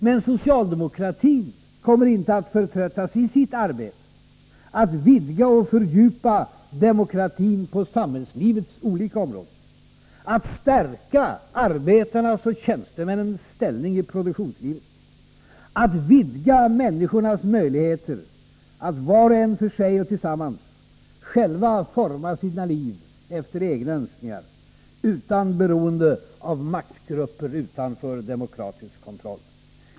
Men socialdemokratin kommer inte att förtröttas i sitt arbete på att vidga och fördjupa demokratin på samhällslivets olika områden, att stärka arbetarnas och tjänstemännens ställning i produktionslivet, att vidga människornas möjligheter att var och en för sig och tillsammans själva forma sina liv efter egna önskningar, utan beroende av maktgrupper utanför demokratisk kontroll.